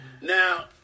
Now